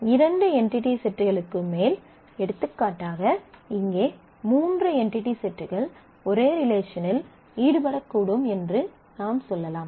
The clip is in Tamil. இரண்டு என்டிடி செட்டுகளுக்கு மேல் எடுத்துக்காட்டாக இங்கே மூன்று என்டிடி செட்கள் ஒரே ரிலேஷனில் ஈடுபடக்கூடும் என்று நாம் சொல்லலாம்